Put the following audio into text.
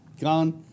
gone